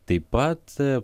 taip pat